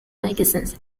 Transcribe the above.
magazines